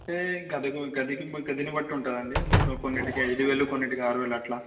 అంటే గది గదికి గదిని బట్టి ఉంటుందండి ఒక కొన్నింటికి ఐదు వేలు కొన్నింటికి ఆరువేలు అట్లా